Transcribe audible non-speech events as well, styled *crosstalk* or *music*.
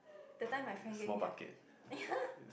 that time my friend gave me a fish *laughs*